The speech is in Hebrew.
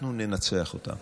אנחנו ננצח אותם.